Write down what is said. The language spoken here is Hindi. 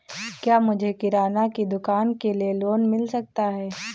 क्या मुझे किराना की दुकान के लिए लोंन मिल सकता है?